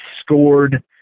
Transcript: scored